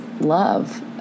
love